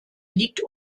liegt